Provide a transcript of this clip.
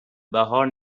بهار